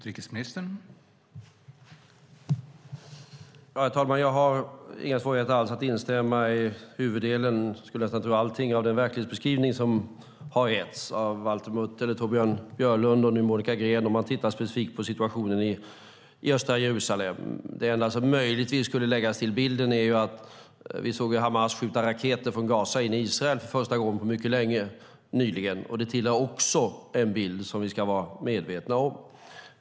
Herr talman! Jag har inga svårigheter alls att instämma i huvuddelen av all den verklighetsbeskrivning som har getts av Valter Mutt, Torbjörn Björlund och Monica Green om att titta specifikt på situationen i östra Jerusalem. Det enda som möjligtvis skulle läggas till bilden är att vi nyligen såg Hamas skjuta raketer från Gaza in i Israel för första gången på mycket länge. Det tillhör också den bild som vi ska vara medvetna om.